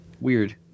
weird